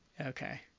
Okay